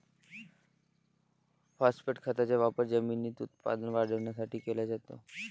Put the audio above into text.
phosphate खताचा वापर जमिनीत उत्पादन वाढवण्यासाठी केला जातो